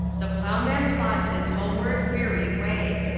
the ploughman plods his homeward, weary way.